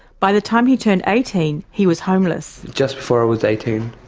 by the time he turned eighteen, he was homeless. just before i was eighteen.